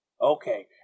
okay